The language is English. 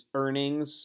earnings